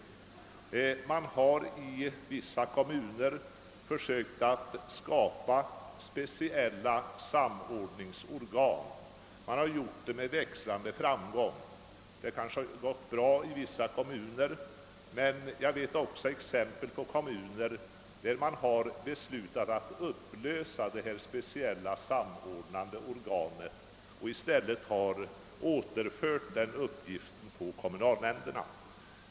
I vissa kommuner har man med växlande framgång försökt skapa speciella samordningsorgan. I en del kommuner har det gått bra, men det finns också exempel på kommuner som beslutat upplösa det speciella organet och återfört de samordnande uppgifterna till kommunens styrelse.